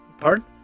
Pardon